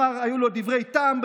היו לו דברי טעם.